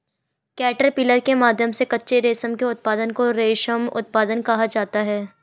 caterpillar के माध्यम से कच्चे रेशम के उत्पादन को रेशम उत्पादन कहा जाता है